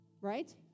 Right